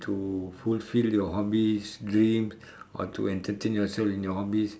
to fulfil your hobbies dreams or to entertain yourself in your hobbies